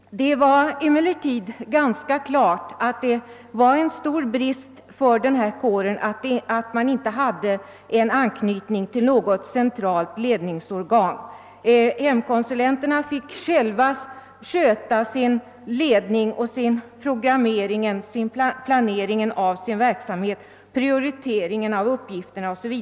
Det stod emellertid ganska klart att det var en stor brist att hemkonsulentkåren inte hade en anknytning till något centralt ledningsorgan. Hemkonsulenterna fick själva sköta ledningen och planeringen av sin verksamhet, priori; teringen av uppgifterna o. s. v.